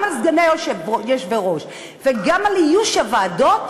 גם על סגני יושבי-ראש וגם על איוש הוועדות,